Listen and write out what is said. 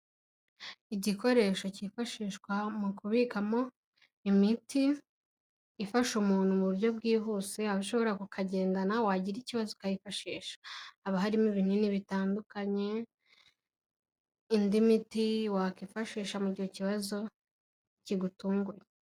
Igikoresho cyifashishwa mu kubikamo imiti ifasha umuntu mu buryo bwihuse ashobora kukagendana wagira ikibazo ukayifashisha. Haba harimo ibinini bitandukanye n'indi miti wakwifashisha mu gihe kibazo kigutunguye.